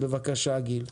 בבקשה, גיל.